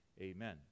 Amen